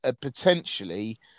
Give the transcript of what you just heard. potentially